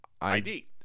ID